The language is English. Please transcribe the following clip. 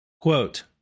Quote